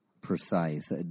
Precise